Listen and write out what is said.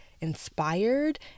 inspired